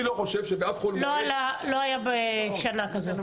אני לא חושב שבאף חול מועד --- לא הייתה שנה כזאת,